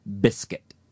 biscuit